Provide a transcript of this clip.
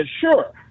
sure